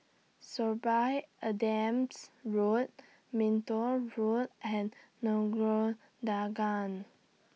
Sorby Adams Drive Minto Road and Nagore Dargah